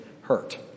hurt